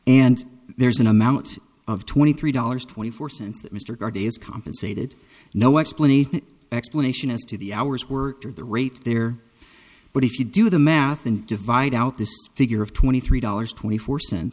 and there's an amount of twenty three dollars twenty four cents that mr card is compensated no explanation explanation as to the hour's worth of the rate there but if you do the math and divide out this figure of twenty three dollars twenty four